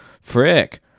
Frick